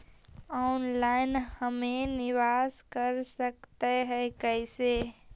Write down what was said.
Online हम निवेश कर सकते है, कैसे?